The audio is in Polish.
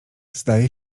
zdaje